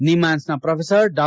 ನಿಮ್ದಾನ್ಸ್ನ professor ಡಾ